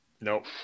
Nope